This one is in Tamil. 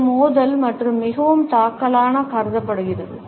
இது மோதல் மற்றும் மிகவும் தாக்குதலாக கருதப்படுகிறது